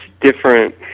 different